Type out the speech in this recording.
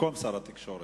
במקום שר התקשורת.